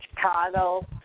Chicago